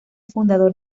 fundador